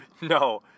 no